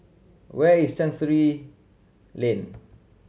where is Chancery Lane